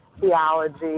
theology